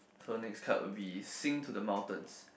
so next card would be sing to the mountains